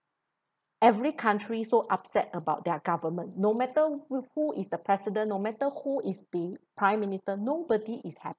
every country so upset about their government no matter w~ who is the president no matter who is the prime minister nobody is happy